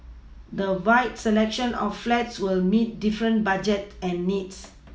the wide selection of flats will meet different budget and needs